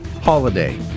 holiday